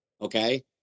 okay